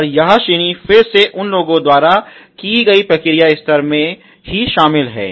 और यह श्रेणी फिर से उन लोगों द्वारा की गई प्रक्रिया स्तर में ही शामिल हैं